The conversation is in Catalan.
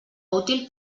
útil